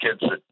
kids